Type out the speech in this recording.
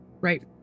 right